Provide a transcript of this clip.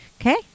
Okay